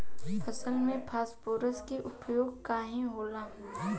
फसल में फास्फोरस के उपयोग काहे होला?